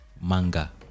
manga